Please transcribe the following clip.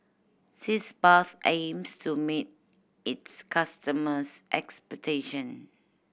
Sitz Bath aims to meet its customers' expectation